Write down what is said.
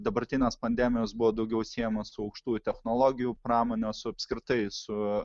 dabartinės pandemijos buvo daugiau siejama su aukštųjų technologijų pramone su apskritai su